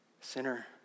sinner